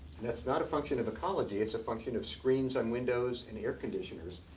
and that's not a function of ecology, it's a function of screens on windows, and air conditioners.